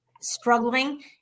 struggling